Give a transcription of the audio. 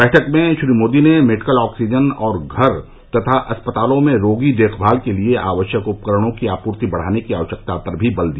बैठक में श्री मोदी ने मेडिकल ऑक्सीजन और घर तथा अस्पतालों में रोगी देखभाल के लिए आवश्यक उपकरणों की आपूर्ति बढाने की आवश्यकता पर भी बल दिया